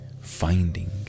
finding